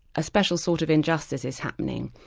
a special sort of injustice is happening.